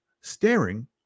staring